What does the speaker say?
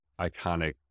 iconic